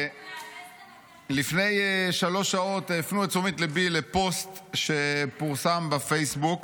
לפני שלוש שעות הפנו את תשומת לבי לפוסט שפורסם בפייסבוק